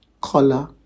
color